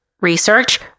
research